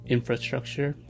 Infrastructure